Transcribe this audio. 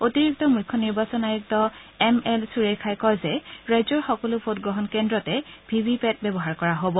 অতিৰিক্ত মুখ্য নিৰ্বাচন আয়ুক্ত এম এল ছুৰেখাই কয় যে ৰাজ্যৰ সকলো ভোটগ্ৰহণ কেন্দ্ৰতে ভি ভি পেট ব্যৱহাৰ কৰা হ'ব